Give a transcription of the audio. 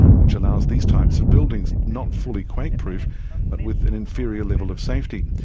which allows these types of building, not fully quake proof but with an inferior level of safety.